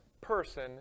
person